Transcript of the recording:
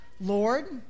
Lord